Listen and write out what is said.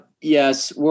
Yes